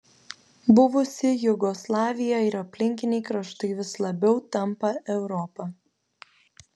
buvusi jugoslavija ir aplinkiniai kraštai vis labiau tampa europa